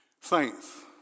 saints